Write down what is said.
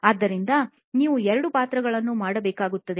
ಆದ್ದರಿಂದ ನೀವು ಎರಡು ಪಾತ್ರಗಳನ್ನು ಮಾಡಬೇಕಾಗುತ್ತದೆ